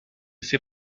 fait